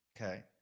Okay